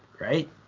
right